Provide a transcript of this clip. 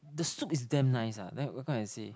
the soup is damn nice ah then what can I say